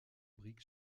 brick